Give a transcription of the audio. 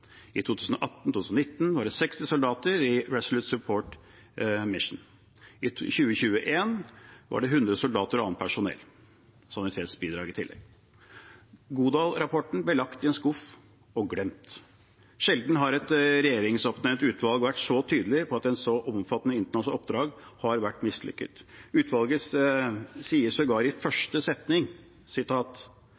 I 2018–2019 var det 60 soldater i Resolute Support Mission. I 2021 var det 100 soldater og annet personell og sanitetsbidrag i tillegg. Godal-rapporten ble lagt i en skuff og glemt. Sjelden har et regjeringsoppnevnt utvalg vært så tydelig på at et så omfattende internasjonalt oppdrag har vært mislykket. Utvalget sier sågar i